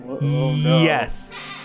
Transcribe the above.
Yes